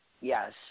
Yes